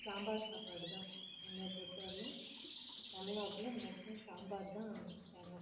சாம்பார் சாப்பாடுதான் என்னை பொறுத்த வரையும் தமிழ்நாட்டில் மேக்ஸிமம் சாம்பார் தான் ஃபேமஸ்